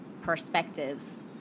perspectives